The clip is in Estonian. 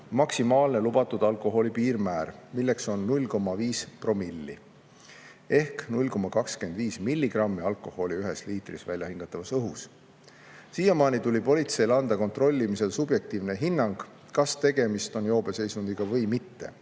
maksimaalne lubatud alkoholi piirmäär, milleks on 0,5 promilli ehk 0,25 milligrammi alkoholi ühes liitris väljahingatavas õhus. Siiamaani tuli politseil anda kontrollimisel subjektiivne hinnang, kas tegemist on joobeseisundiga või mitte.